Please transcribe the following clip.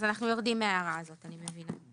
אז אנחנו יורדים מההערה הזאת, אני מבינה.